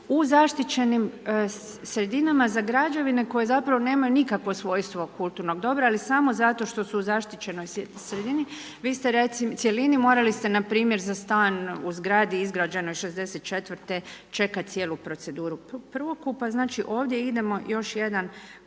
u zaštićenim sredinama za građevine koje zapravo nemaju nikakvo svojstvo kulturnog dobra, ali samo zato što su u zaštićenoj cjelini, morali ste npr. za stan u zgradi izgrađenoj 1964. čekati cijelu proceduru prvokupa. Znači, ovdje idemo još jedan